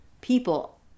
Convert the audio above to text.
people